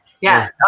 Yes